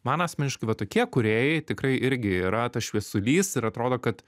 man asmeniškai va tokie kūrėjai tikrai irgi yra tas šviesulys ir atrodo kad